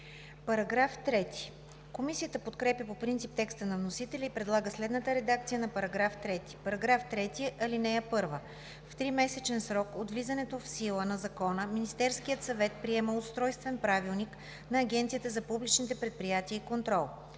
САВЕКЛИЕВА: Комисията подкрепя по принцип текста на вносителя и предлага следната редакция на § 3: „§ 3. (1) В тримесечен срок от влизането в сила на закона, Министерският съвет приема устройствен правилник на Агенцията за публичните предприятия и контрол.